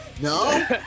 No